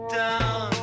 down